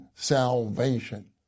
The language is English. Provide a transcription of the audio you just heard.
salvation